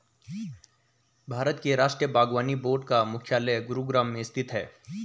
भारत के राष्ट्रीय बागवानी बोर्ड का मुख्यालय गुरुग्राम में स्थित है